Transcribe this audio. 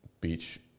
beach